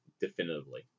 definitively